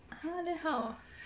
!huh! then how